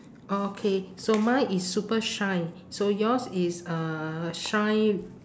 okay so mine is super shine so yours is uh shine